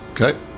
okay